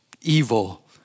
evil